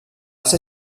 ser